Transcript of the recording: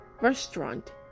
restaurant